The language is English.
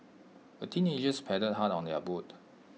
the teenagers paddled hard on their boat